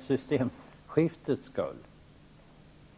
systemskiftets skull.